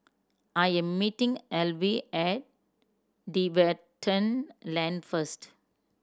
I am meeting Alvy at Tiverton Lane first